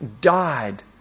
died